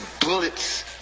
bullets